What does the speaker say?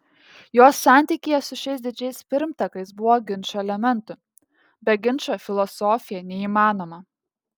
jo santykyje su šiais didžiais pirmtakais buvo ginčo elementų be ginčo filosofija neįmanoma